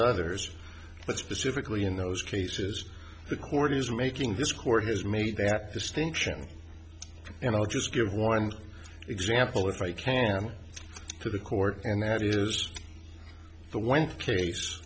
others but specifically in those cases the court is making this court has made that distinction and i'll just give one example if i can to the court and that is the one case